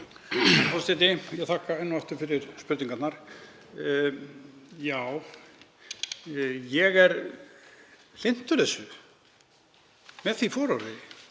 Forseti. Ég þakka enn og aftur fyrir spurningarnar. Já, ég er hlynntur þessu með því fororði